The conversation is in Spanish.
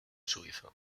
suizo